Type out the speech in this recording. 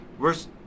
Verse